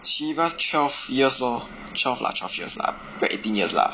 Chivas twelve years lor twelve lah twelve years lah 不要 eighteen years lah